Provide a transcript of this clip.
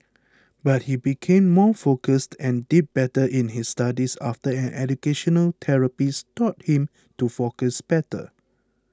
but he became more focused and did better in his studies after an educational therapist taught him to focus better